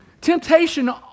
Temptation